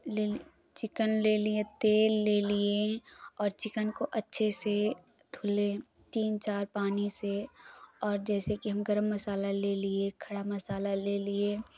ले चिकन ले लिए तेल ले लिए और चिकन को अच्छे से धुले तीन चार पानी से और जैसे कि हम गरम मसाला ले लिए खड़ा मसाला ले लिए